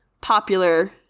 popular